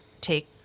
take